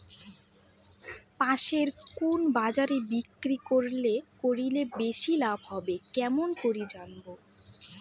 পাশের কুন বাজারে বিক্রি করিলে বেশি লাভ হবে কেমন করি জানবো?